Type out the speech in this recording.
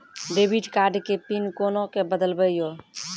Debit card के PIN कोना के बदलबै यो?